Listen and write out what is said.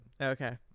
okay